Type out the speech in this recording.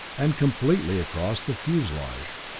and completely across the fuselage.